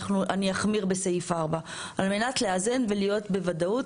אני אחמיר בסעיף 4 על מנת לאזן ולהיות בוודאות,